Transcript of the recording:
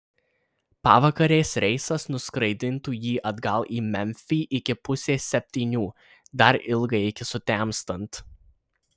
pavakarės reisas nuskraidintų jį atgal į memfį iki pusės septynių dar ilgai iki sutemstant